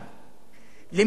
למי שמשתכר